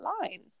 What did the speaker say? line